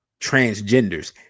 transgenders